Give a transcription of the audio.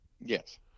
Yes